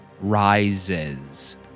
Rises